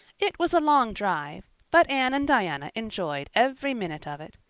it was a long drive, but anne and diana enjoyed every minute of it.